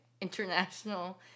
international